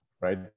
right